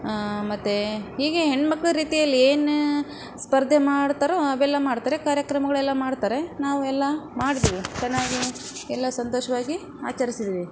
ಮತ್ತು ಹೀಗೆ ಹೆಣ್ಣು ಮಕ್ಕಳ ರೀತಿಯಲ್ಲಿ ಏನು ಸ್ಪರ್ಧೆ ಮಾಡ್ತಾರೋ ಅವೆಲ್ಲ ಮಾಡ್ತಾರೆ ಕಾರ್ಯಕ್ರಮಗಳೆಲ್ಲ ಮಾಡ್ತಾರೆ ನಾವು ಎಲ್ಲ ಮಾಡಿದ್ದೀವಿ ಚೆನ್ನಾಗಿ ಎಲ್ಲ ಸಂತೋಷವಾಗಿ ಆಚರಿಸಿದ್ದೀವಿ